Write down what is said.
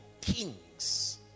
kings